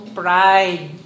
pride